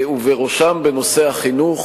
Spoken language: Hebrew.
ובראשם בנושא החינוך.